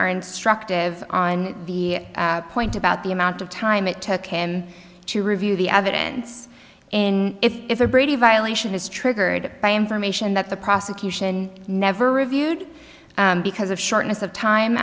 our instructive on the point about the amount of time it took him to review the evidence in if the brady violation is triggered by information that the prosecution never reviewed because of shortness of time